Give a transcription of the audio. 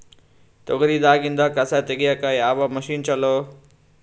ತೊಗರಿ ದಾಗಿಂದ ಕಸಾ ತಗಿಯಕ ಯಾವ ಮಷಿನ್ ಚಲೋ?